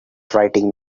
writing